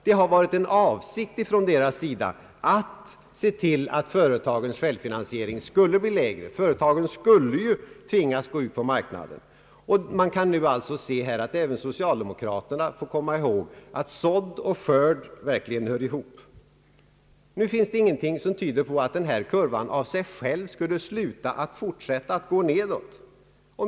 Det har varit en avsikt från deras sida att se till att företagens självfinansiering skulle bli lägre. Företagen skulle ju tvingas att gå ut på lånemarknaden. Även socialdemokraterna bör komma ihåg, att sådd och skörd verkligen hör ihop. Ingenting finns som tyder på att denna kurva av sig själv skulle sluta att gå nedåt.